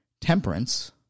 temperance